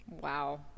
Wow